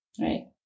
right